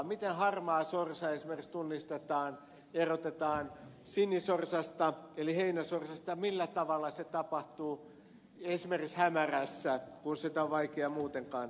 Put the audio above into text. miten harmaasorsa esimerkiksi tunnistetaan ja erotetaan sinisorsasta eli heinäsorsasta ja millä tavalla se tapahtuu esimerkiksi hämärässä kun se on muutenkin vaikeaa